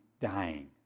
dying